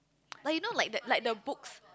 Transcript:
like you know like that like the books